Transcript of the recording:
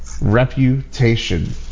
reputation